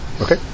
Okay